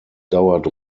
dauert